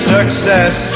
Success